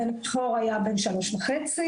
הבכור היה בן שלוש וחצי,